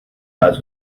pas